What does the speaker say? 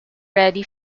ready